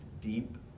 deep